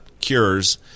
cures